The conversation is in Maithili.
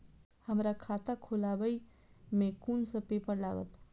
हमरा खाता खोलाबई में कुन सब पेपर लागत?